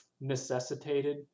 necessitated